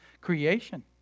creation